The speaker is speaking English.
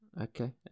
okay